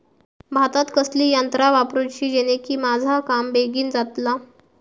भातात कसली यांत्रा वापरुची जेनेकी माझा काम बेगीन जातला?